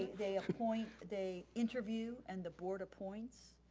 they appoint, they interview and the board appoints.